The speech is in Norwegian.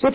Så